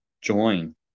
join